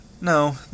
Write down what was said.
No